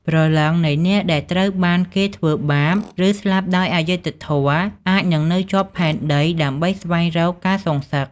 ព្រលឹងនៃអ្នកដែលត្រូវបានគេធ្វើបាប ឬស្លាប់ដោយអយុត្តិធម៌ អាចនឹងនៅជាប់ផែនដីដើម្បីស្វែងរកការសងសឹក។